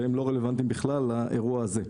והם לא רלוונטיים בכלל לאירוע הזה.